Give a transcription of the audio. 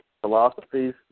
philosophies